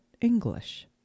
English